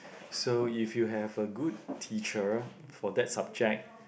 so if you have a good teacher for that subject